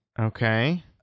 Okay